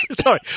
Sorry